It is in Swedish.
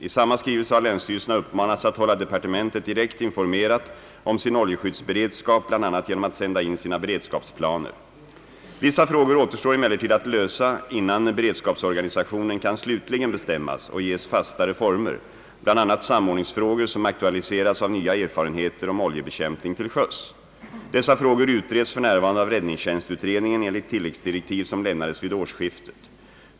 I samma skrivelse har länsstyrelserna uppmanats att hålla departementet direkt informerat om sin oljeskyddsberedskap, bl.a. genom att sända in sina beredskapsplaner. Vissa frågor återstår emellertid att lösa innan beredskapsorganisationen kan slutligen bestämmas och ges fastare former, bl.a. samordningsfrågor som aktualiserats av nya erfarenheter om oljebekämpning till sjöss. Dessa frågor utreds f. n. av räddningstjänstutredningen enligt tilläggsdirektiv som lämnades vid årsskiftet.